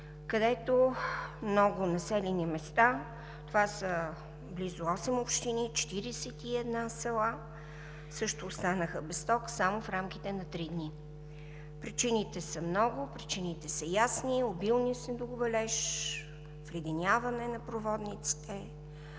където много населени места – това са близо осем общини, 41 села, също останаха без ток само в рамките на три дни. Причините са много, причините са ясни – обилният снеговалеж, вледеняване на проводниците,